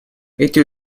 эти